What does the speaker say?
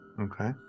Okay